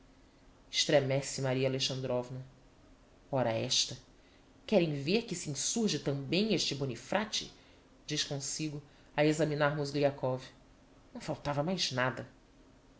estremece maria alexandrovna ora esta querem ver que se insurge tambem este bonifrate diz comsigo a examinar mozgliakov não faltava mais nada